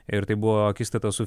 ir tai buvo akistata su